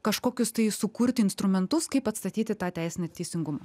kažkokius tai sukurti instrumentus kaip atstatyti tą teisinį teisingumą